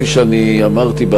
כפי שאמרתי,